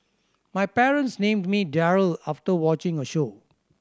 my parents named me Daryl after watching a show